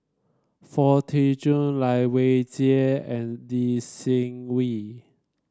Foo Tee Jun Lai Weijie and Lee Seng Wee